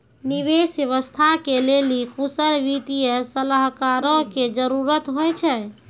निवेश व्यवस्था के लेली कुशल वित्तीय सलाहकारो के जरुरत होय छै